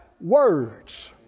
words